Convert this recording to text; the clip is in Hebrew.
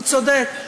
הוא צודק.